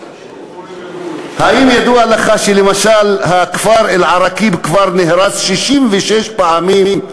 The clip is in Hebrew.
האם ידוע לך שלמשל הכפר אל-עראקיב כבר נהרס 66 פעמים?